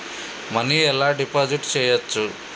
Money ఎలా deposit చేయచ్చు?